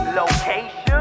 location